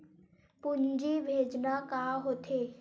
पूंजी भेजना का होथे?